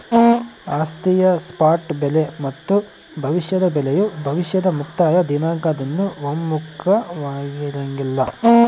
ಆಸ್ತಿಯ ಸ್ಪಾಟ್ ಬೆಲೆ ಮತ್ತು ಭವಿಷ್ಯದ ಬೆಲೆಯು ಭವಿಷ್ಯದ ಮುಕ್ತಾಯ ದಿನಾಂಕದಂದು ಒಮ್ಮುಖವಾಗಿರಂಗಿಲ್ಲ